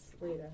later